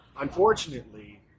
Unfortunately